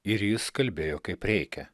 ir jis kalbėjo kaip reikia